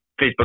Facebook